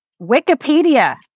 Wikipedia